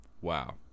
Wow